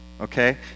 Okay